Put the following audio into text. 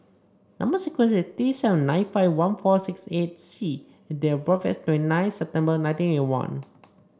number sequence is T seven nine five one four six eight C and date of birth is twenty nine September nineteen eighty one